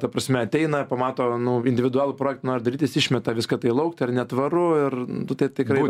ta prasme ateina ir pamato nu individualų projektą nori darytis išmeta viską tai lauk tai yra netvaru ir tu taip tikrai